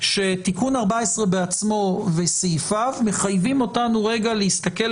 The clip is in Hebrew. היא שאחרי תיקון מס' 14 מגיע תיקון מס'